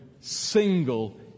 single